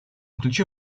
ключе